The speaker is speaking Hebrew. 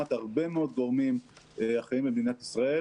לעומת הרבה מאוד גורמים אחרים במדינת ישראל,